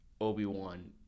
obi-wan